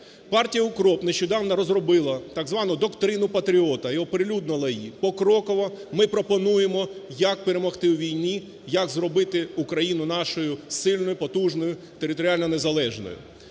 Партія "Укроп" нещодавно розробила так звану доктрину патріота і оприлюднила її. Покроково ми пропонуємо, як перемогти у війні, як зробити Україною нашою сильною, потужною, територіально незалежною.